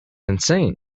insane